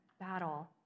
battle